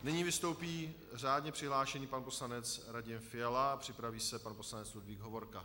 Nyní vystoupí řádně přihlášený pan poslanec Radim Fiala a připraví se pan poslanec Jiří Hovorka.